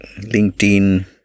LinkedIn